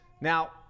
Now